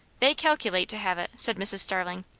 they calculate to have it, said mrs. starling.